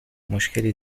مشکلی